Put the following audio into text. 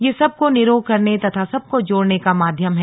ये सबको निरोग करने तथा सबको जोड़ने का माध्यम है